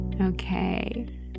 Okay